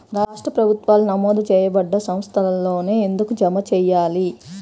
రాష్ట్ర ప్రభుత్వాలు నమోదు చేయబడ్డ సంస్థలలోనే ఎందుకు జమ చెయ్యాలి?